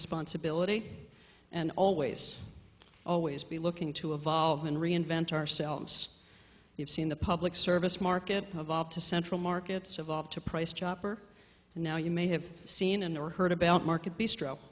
responsibility and always always be looking to evolve and reinvent ourselves you've seen the public service market to central markets evolve to price chopper and now you may have seen and or heard about market bistro